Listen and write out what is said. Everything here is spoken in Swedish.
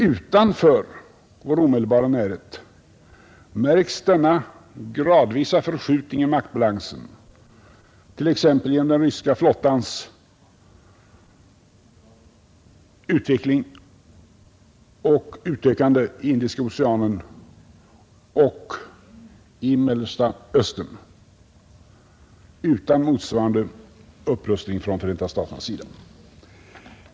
Utanför vår omedelbara närhet märks denna gradvisa förskjutning i maktbalansen t.ex. genom den ryska flottans utveckling och utökande i Indiska oceanen och i Mellersta Östern, utan motsvarande upprustning från Förenta staternas sida.